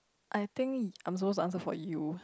I think I'm so answer for you